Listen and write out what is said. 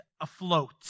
afloat